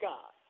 God